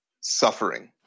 suffering